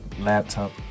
laptop